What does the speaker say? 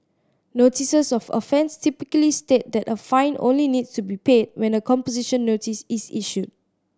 notices of offence typically state that a fine only needs to be paid when a composition notice is issued